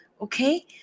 Okay